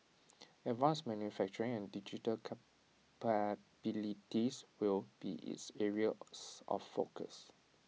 advanced manufacturing and digital capabilities will be its areas of focus